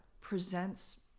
presents